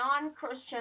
non-Christian